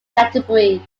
canterbury